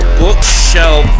bookshelf